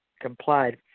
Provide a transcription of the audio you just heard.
complied